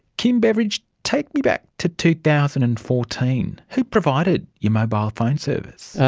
kim beveridge, take me back to two thousand and fourteen. who provided your mobile phone service?